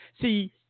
See